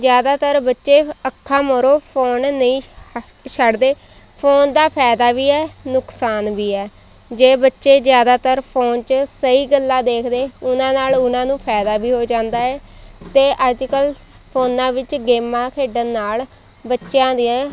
ਜ਼ਿਆਦਾਤਰ ਬੱਚੇ ਅੱਖਾਂ ਮਰੋ ਫੋਨ ਨਹੀਂ ਛੱਡਦੇ ਫੋਨ ਦਾ ਫਾਇਦਾ ਵੀ ਹੈ ਨੁਕਸਾਨ ਵੀ ਹੈ ਜੇ ਬੱਚੇ ਜ਼ਿਆਦਾਤਰ ਫੋਨ 'ਚ ਸਹੀ ਗੱਲਾਂ ਦੇਖਦੇ ਉਹਨਾਂ ਨਾਲ ਉਹਨਾਂ ਨੂੰ ਫਾਇਦਾ ਵੀ ਹੋ ਜਾਂਦਾ ਏ ਅਤੇ ਅੱਜ ਕੱਲ ਫੋਨਾਂ ਵਿੱਚ ਗੇਮਾਂ ਖੇਡਣ ਨਾਲ ਬੱਚਿਆਂ ਦੇ